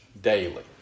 daily